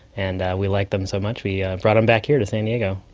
and we liked them so much we brought um back here to san diego.